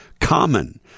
Common